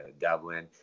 Dublin